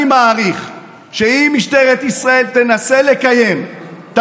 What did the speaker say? אני מעריך שאם משטרת ישראל תנסה לקיים את